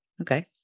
okay